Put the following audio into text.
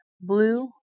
blue